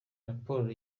raporo